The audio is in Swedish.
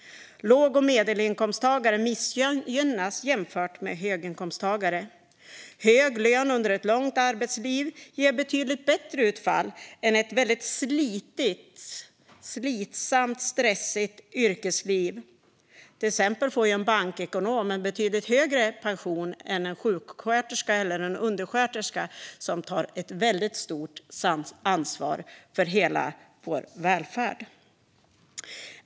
Låg och medelinkomsttagare missgynnas jämfört med höginkomsttagare. Hög lön under ett långt arbetsliv ger betydligt bättre utfall än ett väldigt slitsamt och stressigt yrkesliv. Till exempel får en bankekonom en betydligt högre pension än en sjuksköterska eller en undersköterska som tar ett väldigt stort ansvar för hela vår välfärd.